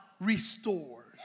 restores